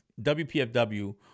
WPFW